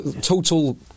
Total